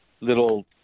little